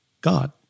God